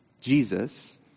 Jesus